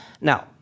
now